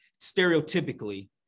stereotypically